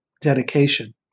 dedication